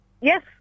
yes